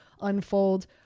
unfold